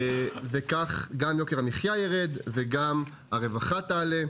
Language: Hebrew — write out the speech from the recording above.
וכך גם יוקר המחיה ירד וגם הרווחה תעלה,